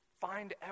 find